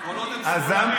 כל עוד הם שמאלנים.